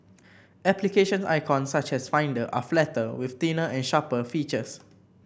application icons such as Finder are flatter with thinner and sharper features